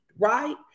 right